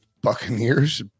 Buccaneers